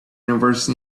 universe